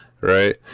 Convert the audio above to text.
right